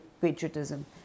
patriotism